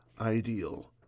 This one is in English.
ideal